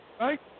Right